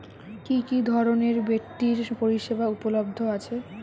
কি কি ধরনের বৃত্তিয় পরিসেবা উপলব্ধ আছে?